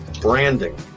branding